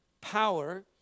power